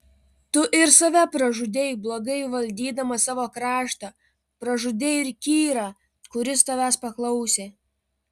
tu ir save pražudei blogai valdydamas savo kraštą pražudei ir kyrą kuris tavęs paklausė